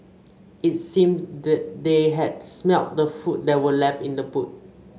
it seemed that they had smelt the food that were left in the boot